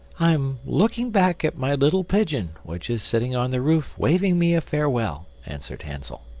i'm looking back at my little pigeon, which is sitting on the roof waving me a farewell, answered hansel.